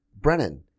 Brennan